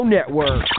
Network